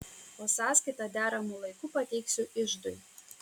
o sąskaitą deramu laiku pateiksiu iždui